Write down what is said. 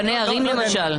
רבני ערים למשל.